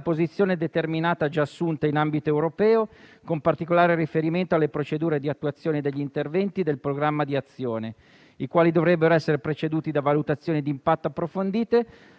posizione determinata già assunta in ambito europeo con particolare riferimento alle procedure di attuazione degli interventi del programma di azione, i quali dovrebbero essere preceduti da valutazioni d'impatto approfondite,